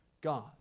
God